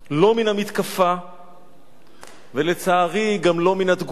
לא מן המתקפה ולצערי גם לא מן התגובה,